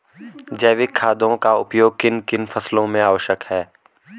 जैविक खादों का उपयोग किन किन फसलों में आवश्यक है?